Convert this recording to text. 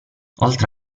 oltre